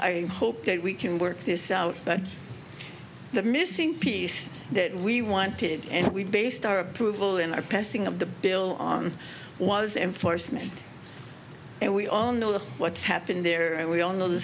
i hope that we can work this out the missing piece that we wanted and we based our approval in a passing of the bill on was enforcement and we all know that what's happening there and we all know the